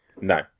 No